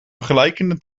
vergelijkende